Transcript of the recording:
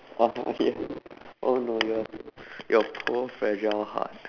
oh okay yes oh no your your poor fragile heart